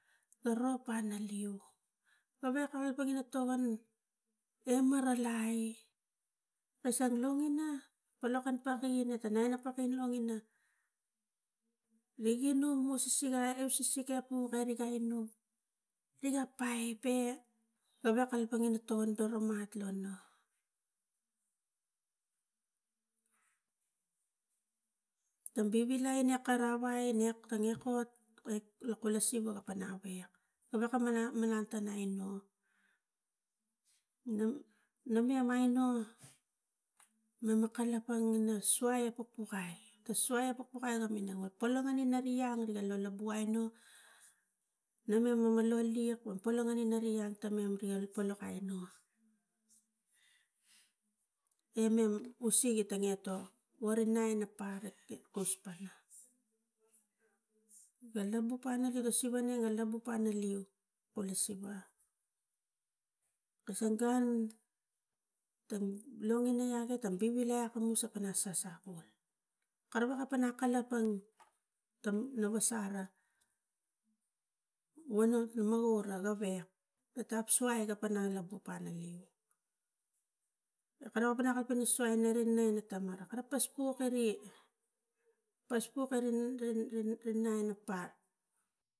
Ga ro pana leu gavek kalapang ina togon e maralai kasang longina polokan pagi ina tang enapagi longina na inum wasisigai ari wasisigai pok erika inuk riga paipe na weka kalapang tokon kala mat lono tam bivilai ina kara va anek tane pok lo kula siva apana wek na wek malang tanaino num num numem maino nu a kalapang ina suai i pupukai ta suai pupukai nak minang ina nuk pola a mane ia neri ga lolobuai no nanu na nonoliak no pololang neri ia pololang tamen ral no polok ai nu imem usil i tanga etok vari ne ina pa ga pus paina ga labuk paina ina sirane ga labu oaina leu ula siva kasang gun tang longina atak tang bivilai apus ina pana sas kari wakana ina kalapang tang langas ara nu a ga gavek ga tap suai ina ga pana lek ina buk ale leu a kara wakana ape ina irileu a tama kara paspuk i kari paspuk i neu non ina pa.